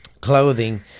clothing